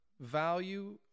value